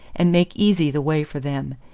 and make easy the way for them,